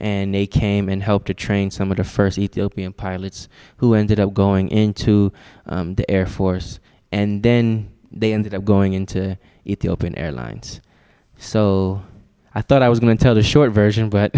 and they came and helped to train some of the st ethiopian pilots who ended up going into the air force and then they ended up going into the open air lines so i thought i was going to tell the short version but